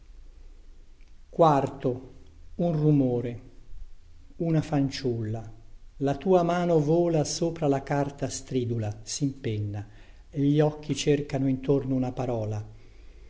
ticchettio dellago una fanciulla la tua mano vola sopra la carta stridula simpenna gli occhi cercano intorno una parola